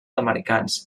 americans